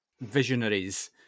visionaries